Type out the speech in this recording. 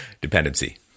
dependency